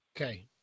Okay